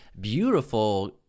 beautiful